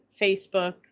Facebook